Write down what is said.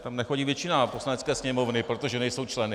Tam nechodí většina Poslanecké sněmovny, protože nejsou členy.